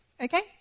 Okay